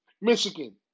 Michigan